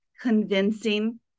convincing